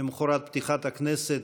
למוחרת פתיחת הכנסת,